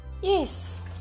Yes